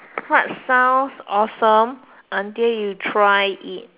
what sounds awesome until you try it